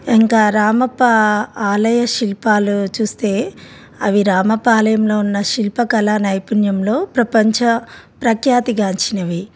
ఇంకా రామప ఆలయ శిల్పాలు చూస్తే అవి రామప ఆలయంలో ఉన్న శిల్పకళ నైపుణ్యంలో ప్రపంచ ప్రఖ్యాతిగాంచినవి